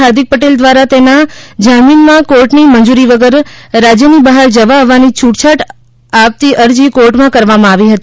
હાર્દિક પટેલ દ્વારા તેના જામીનમાં કોર્ટની મંજૂરી વગર રાજ્યની બહાર જવા આવવાની છૂટછાટ આપતી અરજી કોર્ટમાં કરવામાં આવી હતી